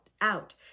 out